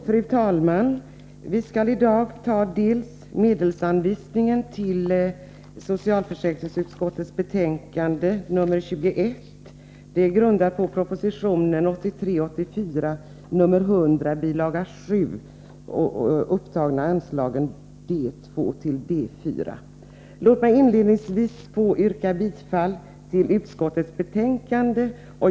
Fru talman! Vi skall i dag besluta om medelsanvisningen beträffande folkpensioner m.m. som behandlas i socialförsäkringsutskottets betänkande 21. Detta grundar sig på proposition 1983/84:100, bil. 7. Det gäller anslagen D 2-D 4. Inledningsvis yrkar jag bifall till utskottets hemställan.